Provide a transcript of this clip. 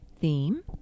theme